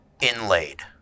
inlaid